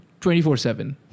24-7